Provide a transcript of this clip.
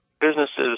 businesses